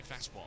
fastball